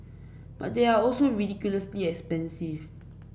but they are also ridiculously expensive